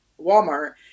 Walmart